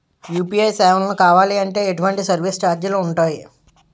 UPI సేవలను కావాలి అంటే ఎటువంటి సర్విస్ ఛార్జీలు ఉంటాయి?